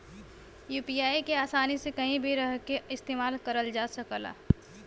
UPI के आसानी से कहीं भी रहके इस्तेमाल करल जा सकला